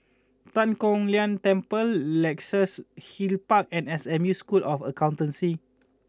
Tan Kong Tian Temple Luxus Hill Park and S M U School of Accountancy